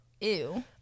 ew